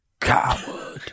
Coward